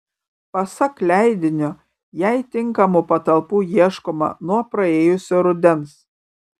pasak leidinio jai tinkamų patalpų ieškoma nuo praėjusio rudens